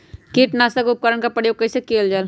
किटनाशक उपकरन का प्रयोग कइसे कियल जाल?